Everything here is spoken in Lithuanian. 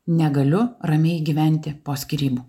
negaliu ramiai gyventi po skyrybų